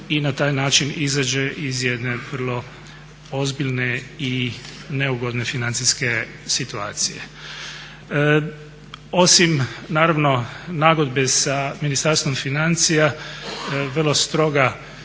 i na taj način izađe iz jedne vrlo ozbiljne i neugodne financijske situacije. Osim naravno nagodbe sa Ministarstvom financija vrlo stroga